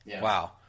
wow